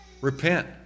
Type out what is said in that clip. Repent